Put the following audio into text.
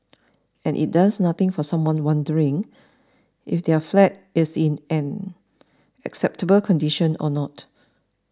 and it does nothing for someone wondering if their flat is in an acceptable condition or not